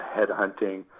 headhunting